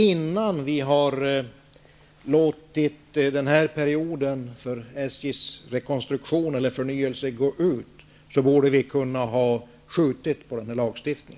Innan vi har låtit denna period för SJ:s rekonstruktion eller förnyelse ta slut, borde vi ha skjutit på denna lagstiftning.